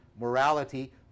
morality